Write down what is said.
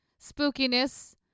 spookiness